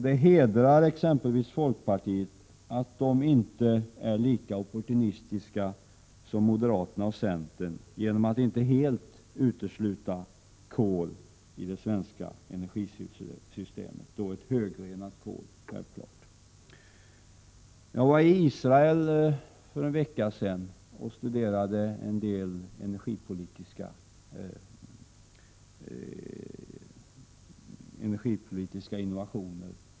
Det hedrar exempelvis folkpartiet att det inte är lika opportunistiskt som moderata samlingspartiet och centerpartiet, och inte helt utesluter kol i det svenska energisystemet. Det gäller naturligtvis ett högrenat kol. Jag var i Israel för en vecka sedan och studerade en del energipolitiska innovationer.